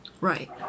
right